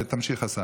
תמשיך, השר.